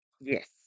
Yes